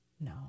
no